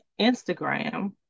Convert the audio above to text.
instagram